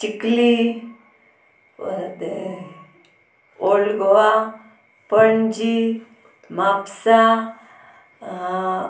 चिकली परते ओल्ड गोवा पणजी म्हापसा